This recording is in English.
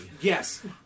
yes